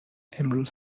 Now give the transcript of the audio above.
امروز